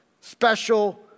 special